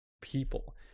people